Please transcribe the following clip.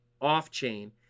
off-chain